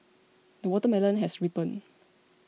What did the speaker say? the watermelon has ripened